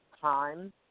time